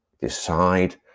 Decide